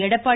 Edappadi